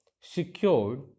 secured